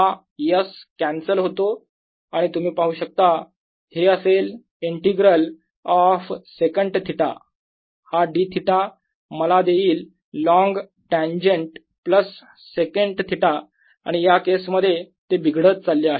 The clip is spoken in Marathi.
हा S कॅन्सल होतो आणि तुम्ही पाहू शकता हे असेल इंटिग्रल ऑफ सेकन्ट थिटा हा dӨ मला देईल log tangent plus secant theta आणि या केसमध्ये ते बिघडत चालले आहे